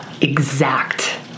exact